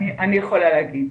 אני יכולה להגיד.